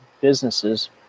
businesses